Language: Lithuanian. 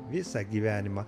visą gyvenimą